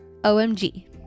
omg